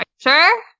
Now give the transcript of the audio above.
Sure